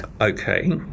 Okay